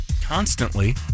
constantly